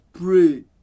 pray